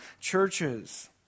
churches